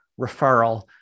referral